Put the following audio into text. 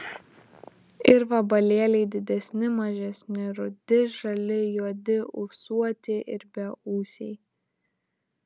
ir vabalėliai didesni mažesni rudi žali juodi ūsuoti ir beūsiai